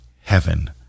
heaven